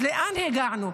אז לאן הגענו?